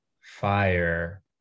fire